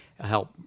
help